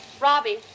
Robbie